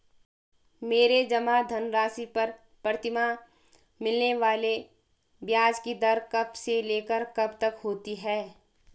मेरे जमा धन राशि पर प्रतिमाह मिलने वाले ब्याज की दर कब से लेकर कब तक होती है?